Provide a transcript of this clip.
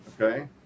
okay